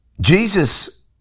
Jesus